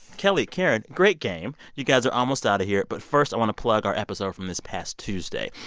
kelly, karen great game. you guys are almost out of here. but first, i want to plug our episode from this past tuesday.